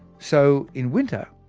so in winter,